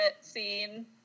scene